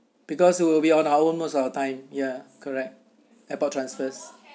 because it will be on our most our time ya correct airport transfers